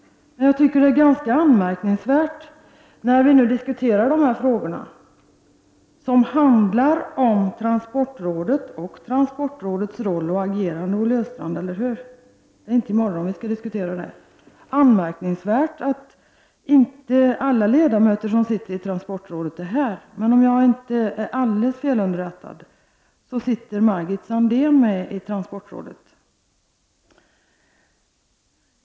Jag tycker att det är ganska anmärkningsvärt att inte alla ledamöter som sitter i transportrådet är här när vi nu diskuterar dessa frågor som handlar om transportrådet och transportrådets roll och agerande. Det är ju inte i morgon vi skall diskutera detta, utan vi gör det nu — eller hur, Olle Östrand? Om jag inte är alldeles felunderrättad sitter Margit Sandéhn med i transportrådet.